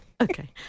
Okay